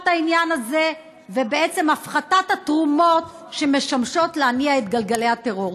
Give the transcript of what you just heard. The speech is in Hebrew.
העניין הזה ובעצם הפחתת התרומות שמשמשות להניע את גלגלי הטרור.